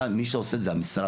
מי שעושה זה המשרד.